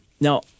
Now